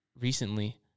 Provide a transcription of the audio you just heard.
recently